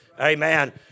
Amen